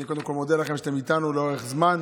אני קודם כול מודה לכם שאתם איתנו לאורך זמן.